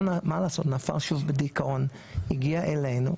מה נעשה הוא נפל שוב לדיכאון הגיע אלינו,